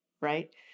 right